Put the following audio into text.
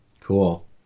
cool